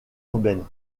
urbaine